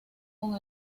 con